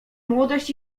młodość